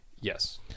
Yes